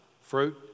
fruit